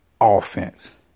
offense